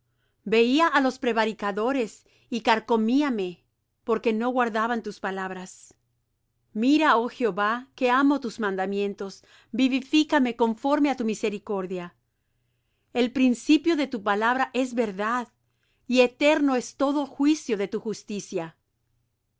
veía á los prevaricadores y carcomíame porque no guardaban tus palabras mira oh jehová que amo tus mandamientos vivifícame conforme á tu misericordia el principio de tu palabra es verdad y eterno es todo juicio de tu justicia